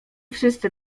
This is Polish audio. wszyscy